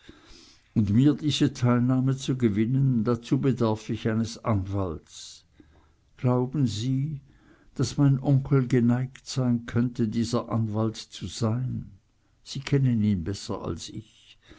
und mir diese teilnahme zu gewinnen dazu bedarf ich eines anwalts glauben sie daß mein onkel geneigt sein könnte dieser anwalt zu sein sie kennen ihn besser als ich